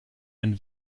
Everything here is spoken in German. den